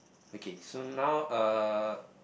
okay so now uh